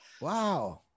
wow